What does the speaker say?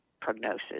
prognosis